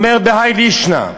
הוא אומר בהאי לישנא: